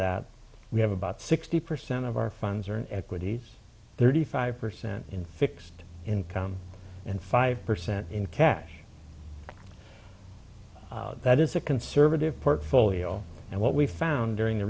that we have about sixty percent of our funds are in equities thirty five percent in fixed income and five percent in cash that is a conservative portfolio and what we found during the